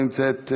לא נמצאת,